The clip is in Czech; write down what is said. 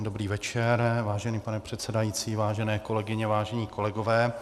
Dobrý večer, vážený pane předsedající, vážené kolegyně, vážení kolegové.